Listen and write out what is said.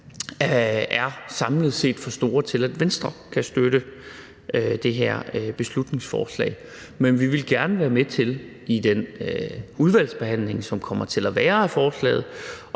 samlet set er for store, til at Venstre kan støtte det her beslutningsforslag. Men vi vil gerne være med til i den udvalgsbehandling, som der kommer til at være af forslaget,